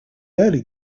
early